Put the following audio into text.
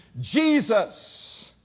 Jesus